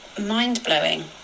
mind-blowing